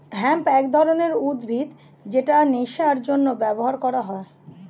hemp এক ধরনের উদ্ভিদ যেটা নেশার জন্য ব্যবহার করা হয়